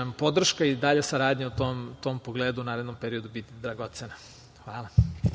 podrška i dalja saradnja u tom pogledu u narednom periodu biti dragocena. Hvala.